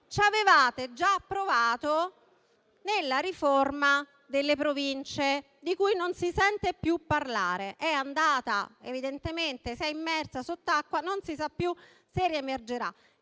che avevate già provato nella riforma delle Province. Non si sente più parlare di tale riforma; evidentemente si è immersa sott'acqua e non si sa più se riemergerà.